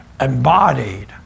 embodied